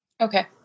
Okay